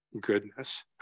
goodness